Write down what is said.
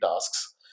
tasks